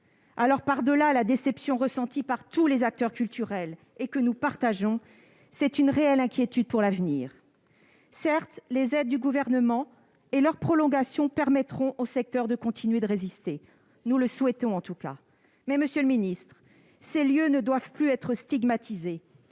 ! Par-delà la déception ressentie par tous les acteurs culturels-nous la partageons -, il y a une réelle inquiétude pour l'avenir. Certes, les aides du Gouvernement et leur prolongation permettront au secteur de continuer à résister. Souhaitons-le, en tout cas ! Mais, monsieur le secrétaire d'État, ces lieux ne doivent plus être stigmatisés.